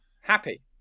happy